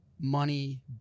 money